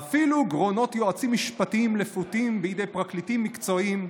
ואפילו גרונות יועצים משפטיים לפותים בידי פרקליטים מקצועיים,